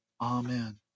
Amen